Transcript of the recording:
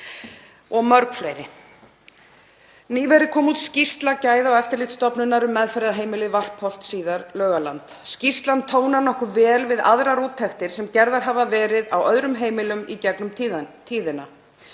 og mörg fleiri. Nýverið kom út skýrsla Gæða- og eftirlitsstofnunar um meðferðarheimilið Varpholt, síðar Laugaland. Skýrslan tónar nokkuð vel við aðrar úttektir sem gerðar hafa verið á öðrum heimilum í gegnum tíðina.